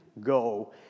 go